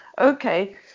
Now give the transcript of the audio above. okay